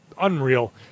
unreal